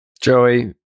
Joey